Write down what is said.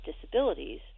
disabilities